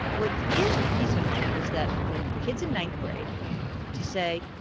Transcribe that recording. what is reasonable is that when the kid's in ninth grade to say,